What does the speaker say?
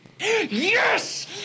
Yes